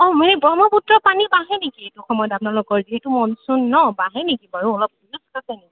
অঁ এই ব্ৰহ্মপুত্ৰৰ পানী বাঢ়ে নেকি এইটো সময়ত আপোনালোকৰ যিহেতু মনচুন ন বাঢ়ে নেকি বাৰু অলপ দিনত বাঢ়ে নেকি